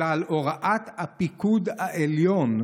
אלא על הוראת הפיקוד העליון,